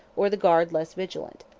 or the guard less vigilant.